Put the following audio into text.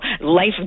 life